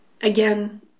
again